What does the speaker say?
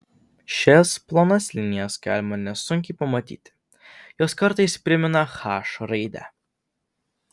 šias plonas linijas galima nesunkiai pamatyti jos kartais primena h raidę